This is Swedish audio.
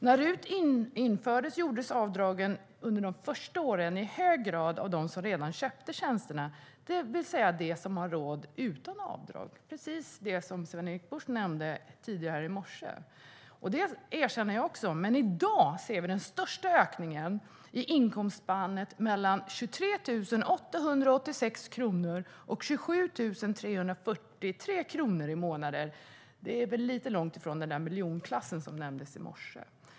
När RUT infördes gjordes avdragen under de första åren i hög grad av dem som redan köpte tjänsterna, det vill säga de som har råd utan avdrag - precis det Sven-Erik Bucht nämnde tidigare i morse. Det erkänner jag också, men i dag ser vi den största ökningen i inkomstspannet 23 886-27 343 kronor i månaden. Det är väl lite långt ifrån den där miljonklassen som nämndes i morse.